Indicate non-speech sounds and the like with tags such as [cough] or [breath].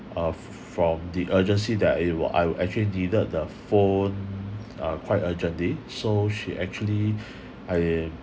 uh from the urgency that I I will actually needed the phone uh quite urgently so she actually [breath] I